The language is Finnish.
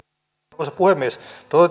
arvoisa puhemies